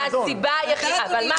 מהסיבה היחידה מה,